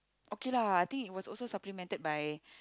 okay lah I think it was also supplemented by